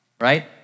right